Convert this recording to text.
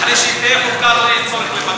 אחרי שתהיה חוקה לא יהיה צורך לדבר על זה.